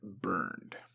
burned